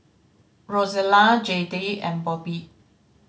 Rozella Jayde and Bobby